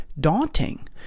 daunting